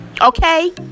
okay